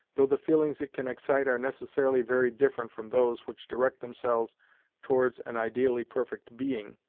though the feelings it can excite are necessarily very different from those which direct themselves towards an ideally perfect being,